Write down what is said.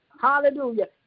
Hallelujah